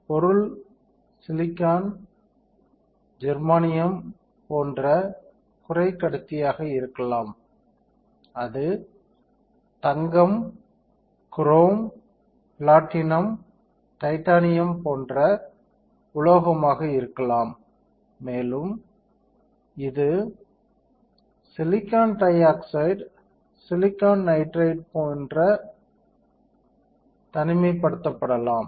பொருள் silicon germanium போன்ற குறைக்கடத்தியாக இருக்கலாம் அது தங்கம் குரோம் பிளாட்டினம் டைட்டானியம் போன்ற உலோகமாக இருக்கலாம் மேலும் இது silicon dioxide silicon nitride போன்ற தனிமைப்படுத்தப்படலாம்